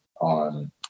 on